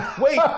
Wait